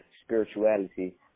spirituality